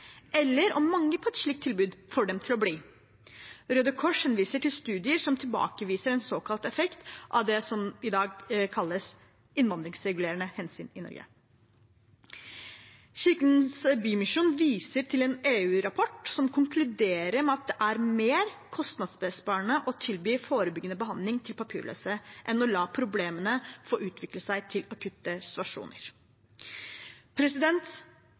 eller om mangel på et slikt tilbud får dem til å bli. Røde Kors henviser til studier som tilbakeviser en såkalt effekt av det som i dag kalles innvandringsregulerende hensyn i Norge. Kirkens Bymisjon viser til en EU-rapport som konkluderer med at det er mer kostnadsbesparende å tilby forebyggende behandling til papirløse enn å la problemene få utvikle seg til akutte situasjoner.